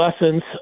lessons